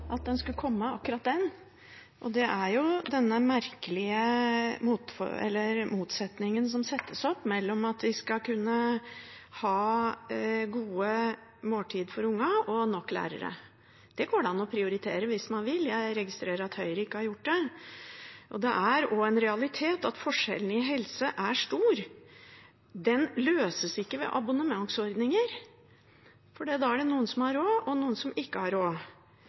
jo denne merkelige motsetningen som settes mellom at man skal kunne ha gode måltider for ungene og nok lærere. Dette går det an å prioritere hvis man vil, jeg registrerer at Høyre ikke har gjort det. Det er også en realitet at forskjellen i helse er stor. Den løses ikke ved abonnementsordninger, for da er det noen som har råd, og noen som ikke har råd.